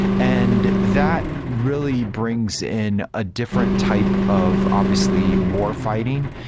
and that really brings in a different type of obviously war fighting.